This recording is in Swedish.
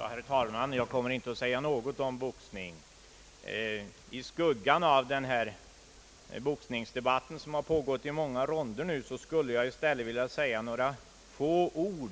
Herr talman! Jag kommer inte att säga något om boxning. I skuggan av den boxningsdebatt, som har pågått i många ronder nu, skulle jag i stället vilja säga några få ord